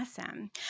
Awesome